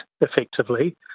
effectively